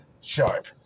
Sharp